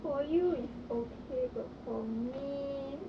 for you is okay but for me